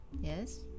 Yes